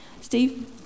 Steve